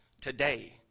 today